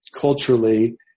culturally